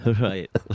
Right